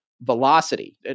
velocity